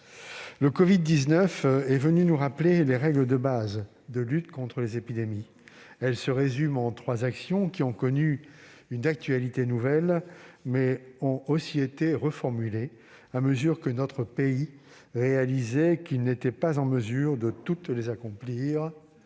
La covid-19 est venue nous rappeler les règles de base de la lutte contre les épidémies. Ces règles se résument en trois actions, qui ont connu une actualité nouvelle, mais ont aussi été reformulées à mesure que notre pays réalisait qu'il n'était pas en mesure de toutes les accomplir